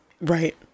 Right